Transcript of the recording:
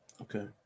Okay